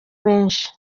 benshi